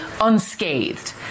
unscathed